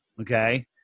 Okay